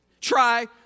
Try